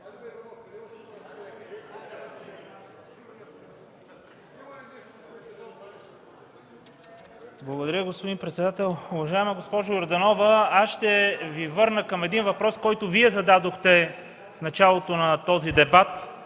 Благодаря, господин председател. Уважаема госпожо Йорданова, аз ще Ви върна към един въпрос, който Вие зададохте в началото на този дебат